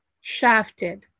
shafted